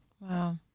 Wow